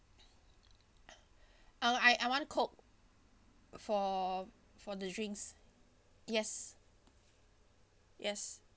uh I I want Coke for for the drinks yes yes